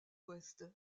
ouest